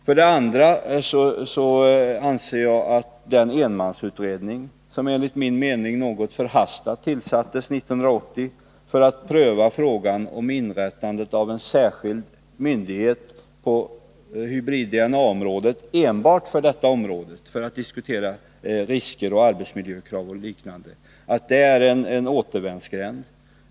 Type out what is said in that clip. Jag anser att den enmansutredning som enligt min mening något förhastat tillsattes 1980 för att pröva frågan om inrättande av en särskild myndighet på hybrid-DNA-området — enbart avseende risker, arbetsmiljökrav o. d. på detta område — innebar att man förde in frågan i en återvändsgränd.